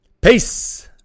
Peace